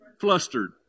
Flustered